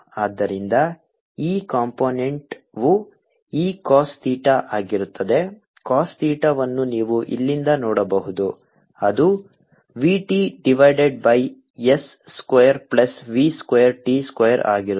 ಆದ್ದರಿಂದ ಈ E ಕಂಪೋನೆಂಟ್ವು E cos theta ಆಗಿರುತ್ತದೆ cos ಥೀಟಾವನ್ನು ನೀವು ಇಲ್ಲಿಂದ ನೋಡಬಹುದು ಅದು v t divided by s square plus v square t square ಆಗಿರುತ್ತದೆ